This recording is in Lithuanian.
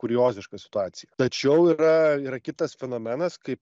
kurioziška situacija tačiau yra yra kitas fenomenas kaip